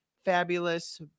fabulous